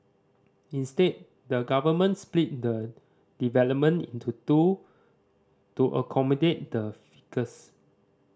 instead the government split the development into two to accommodate the ficus